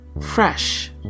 fresh